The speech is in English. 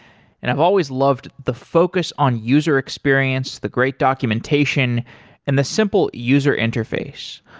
and i've always loved the focus on user experience, the great documentation and the simple user interface.